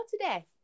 today